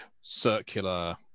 circular